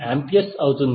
69A అవుతుంది